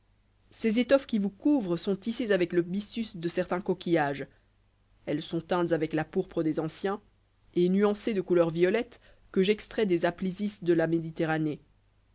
ces étoffes qui vous couvrent sont tissées avec le byssus de certains coquillages elles sont teintes avec la pourpre des anciens et nuancées de couleurs violettes que j'extrais des aplysis de la méditerranée